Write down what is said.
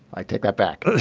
i take that back.